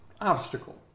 obstacle